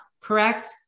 correct